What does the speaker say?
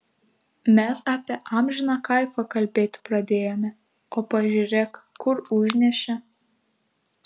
mes apie amžiną kaifą kalbėti pradėjome o pažiūrėk kur užnešė